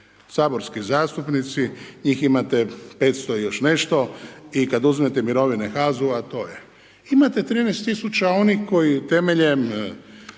saborski zastupnici, njih imate 500 i još nešto i kad uzmete mirovine HAZU-a, to je. Imate 13 000 onih koji temeljem